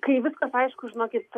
kai viskas aišku žinokit